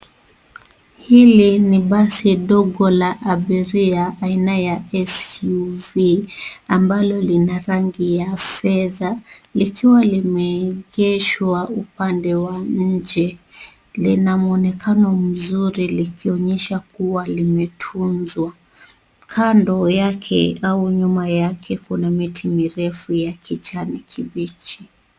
Hili ni basi dogo la abiria aina ya SUV ambalo lina rangi ya fedha, likiwa limeegeshwa upande wa nje, lina mwonekano mzuri likionyesha kuwa limetunzwa, kando yake au nyuma yake kuna miti mirefu ya kijanikibichi.